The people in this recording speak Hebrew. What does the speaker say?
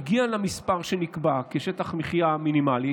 כשהגיע המספר שנקבע כשטח מחיה מינימלי,